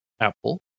Apple